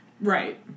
Right